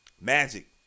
Magic